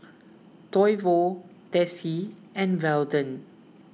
Toivo Desi and Weldon